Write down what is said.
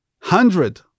hundred